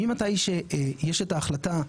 ממתי שיש את ההחלטה,